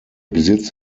besitz